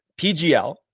PGL